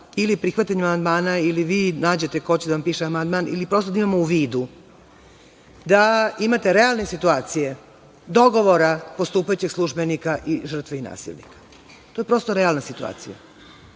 ili prihvatanjem amandmana ili vi nađete ko će da vam piše amandman ili prosto da imamo u vidu da imate realne situacije dogovora postupajućeg službenika i žrtve i nasilnika, to je prosto realna situacija,